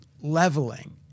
leveling